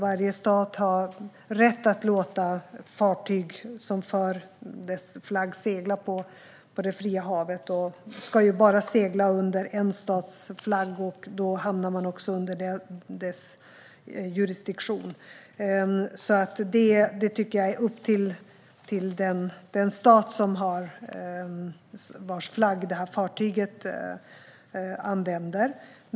Varje stat har rätt att låta fartyg som för dess flagg segla på det fria havet. Fartyg ska bara segla under en stats flagg, och då hamnar det också under den statens jurisdiktion. Det tycker jag alltså är upp till den stat vars flagg fartyget använder.